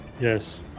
Yes